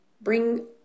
Bring